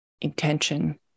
intention